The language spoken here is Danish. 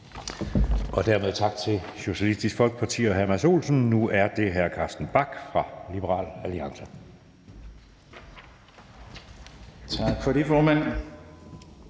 Dermed tak til Socialistisk Folkeparti og hr. Mads Olsen. Nu er det hr. Carsten Bach fra Liberal Alliance. Kl. 20:32 (Ordfører)